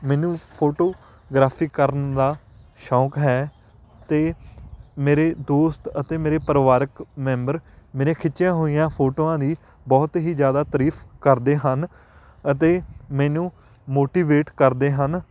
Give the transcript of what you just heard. ਮੈਨੂੰ ਫ਼ੋਟੋਗ੍ਰਾਫ਼ੀ ਕਰਨ ਦਾ ਸ਼ੌਕ ਹੈ ਅਤੇ ਮੇਰੇ ਦੋਸਤ ਅਤੇ ਮੇਰੇ ਪਰਿਵਾਰਕ ਮੈਂਬਰ ਮੇਰੀਆਂ ਖਿੱਚੀਆਂ ਹੋਈਆਂ ਫ਼ੋਟੋਆਂ ਦੀ ਬਹੁਤ ਹੀ ਜ਼ਿਆਦਾ ਤਾਰੀਫ ਕਰਦੇ ਹਨ ਅਤੇ ਮੈਨੂੰ ਮੋਟੀਵੇਟ ਕਰਦੇ ਹਨ